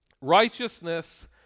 righteousness